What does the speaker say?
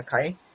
okay